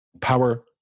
Power